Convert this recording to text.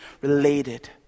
related